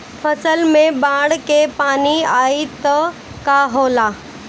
फसल मे बाढ़ के पानी आई त का होला?